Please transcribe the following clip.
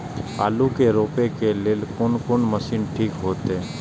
आलू के रोपे के लेल कोन कोन मशीन ठीक होते?